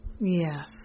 yes